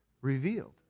revealed